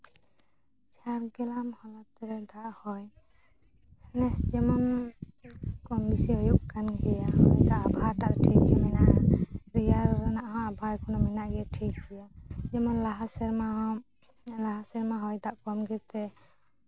ᱡᱷᱟᱲᱜᱨᱟᱢ ᱦᱚᱱᱚᱛ ᱨᱮ ᱫᱟᱜ ᱦᱚᱭ ᱱᱮᱥ ᱡᱮᱢᱚᱱ ᱠᱚᱢ ᱵᱮᱥᱤ ᱦᱩᱭᱩᱜ ᱠᱟᱱ ᱜᱮᱭᱟ ᱫᱟᱜ ᱟᱵᱚᱦᱟᱣᱟᱴᱟᱜ ᱴᱷᱤᱠ ᱜᱮ ᱢᱮᱱᱟᱜᱼᱟ ᱨᱮᱭᱟᱲ ᱨᱮᱱᱟᱜ ᱦᱚᱸ ᱟᱵᱚᱦᱟᱣᱟ ᱢᱮᱱᱟᱜ ᱜᱮᱭᱟ ᱴᱷᱤᱠ ᱜᱮᱭᱟ ᱡᱮᱢᱚᱱ ᱞᱟᱦᱟ ᱥᱮᱨᱢᱟ ᱦᱚᱸ ᱞᱟᱦᱟ ᱥᱮᱨᱢᱟ ᱦᱚᱭ ᱫᱟᱜ ᱠᱚᱢ ᱜᱮᱛᱮ